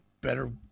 Better